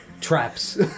traps